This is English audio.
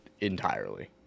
entirely